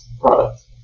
products